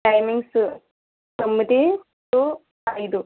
timings తొమ్మిది to ఐదు